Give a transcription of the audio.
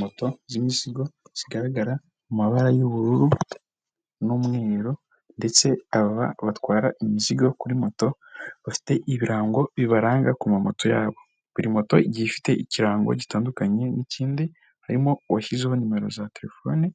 Moto z'imisigo, zigaragara mu mabara y'ubururu n'umweru ndetse aba batwara imizigo kuri moto, bafite ibirango bibaranga ku ma moto yabo. Buri moto igiye ifite ikirango gitandukanye n'ikindi, harimo uwashyizeho nimero za telefone